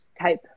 type